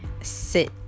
sit